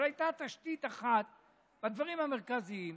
אבל הייתה תשתית אחת בדברים המרכזיים,